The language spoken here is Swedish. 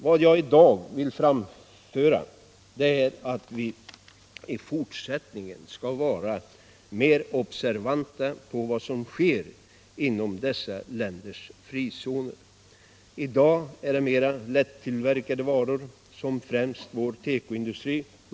Vad jag i dag vill framföra är att vi i fortsättningen skall vara mer observanta på vad som sker inom dessa länders frizoner. I dag gäller det mer lättillverkade varor som främst berör vår tekoindustri.